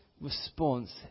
response